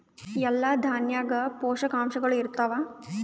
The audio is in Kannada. ಎಲ್ಲಾ ದಾಣ್ಯಾಗ ಪೋಷಕಾಂಶಗಳು ಇರತ್ತಾವ?